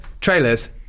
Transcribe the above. trailers